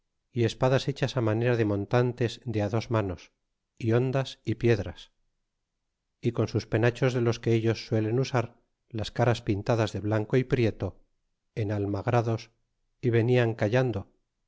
y espadas he chas manera de montantes de dos manos hondas y piedras y con sus penachos de los que ellos suelen usar y las caras pintadas de blanco y prieto enalrnagrados y venian callando